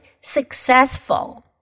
successful